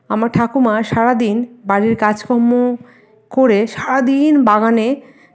আমার ঠাকুমা সারা দিন বাড়ির কাজকর্ম করে সারা দিন বাগানে